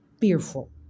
fearful